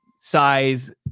size